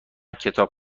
کتاب